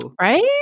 Right